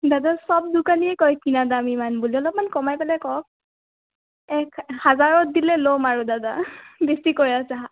দাদা সব দোকানীয়ে কয় কিনা দাম ইমান বুলি অলপমান কমাই পেলে কওক এক হাজাৰত দিলে ল'ম আৰু দাদা বেছি কৈ আছে